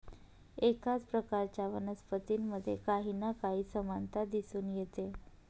एकाच प्रकारच्या वनस्पतींमध्ये काही ना काही समानता दिसून येते